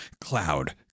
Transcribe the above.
Cloud